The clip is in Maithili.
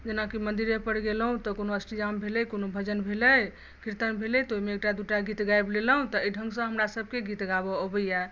जेनाकि मंदिरेपर गेलहुँ तँ कोनो अस्टजाम भेलै कोनो भजन भेलै किरतन भेलै तँ एकटा दूटा गीत गाबि लेलहुँ तँ एहि ढंगसँ हमरा सबके गीत गाबऽ आबैया